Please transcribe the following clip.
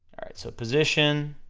alright, so position,